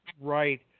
Right